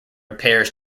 repairs